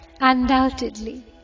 undoubtedly